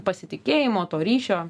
pasitikėjimo to ryšio